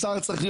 אלעזר,